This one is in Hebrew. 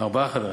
ארבעה חדרים.